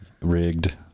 rigged